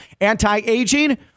anti-aging